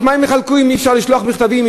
את מה הם יחלקו אם אי-אפשר לשלוח מכתבים,